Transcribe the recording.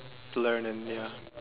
learn and ya